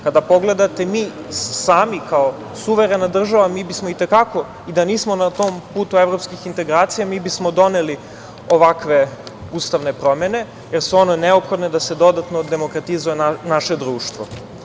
Kada pogledate mi samo, kao suverena država, mi bismo i te kako i da nismo na tom putu evropskih integracija, mi bismo doneli ovakve ustavne promene jer su one neophodne da se dodatno demokratizuje naše društvo.